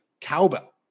cowbell